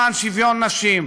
למען שוויון נשים,